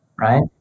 right